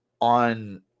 on